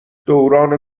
دوران